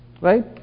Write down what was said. right